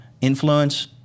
influence